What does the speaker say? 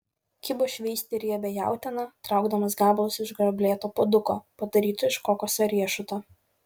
kibo šveisti riebią jautieną traukdamas gabalus iš gruoblėto puoduko padaryto iš kokoso riešuto